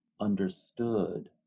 understood